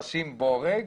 לשים בורג.